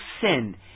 sin